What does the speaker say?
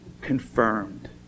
confirmed